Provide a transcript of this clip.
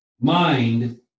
mind